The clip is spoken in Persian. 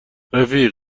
رفیق